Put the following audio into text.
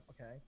okay